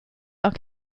are